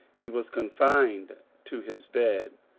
he was confined to his bed,